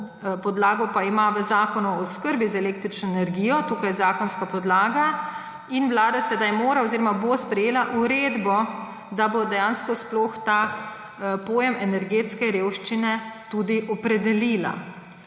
podlago pa ima v Zakonu o oskrbi z električno energijo, tu je zakonska podlaga – sprejela uredbo, da bo dejansko sploh ta pojem energetske revščine tudi opredelila.